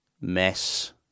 Mess